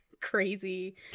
crazy